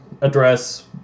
address